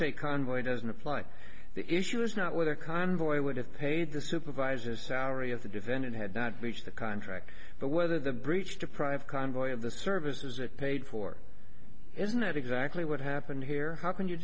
a convoy doesn't apply the issue is not what a convoy would have paid the supervisor salary of the defendant had not reached the contract but whether the breach deprive convoy of the services it paid for isn't that exactly what happened here how can you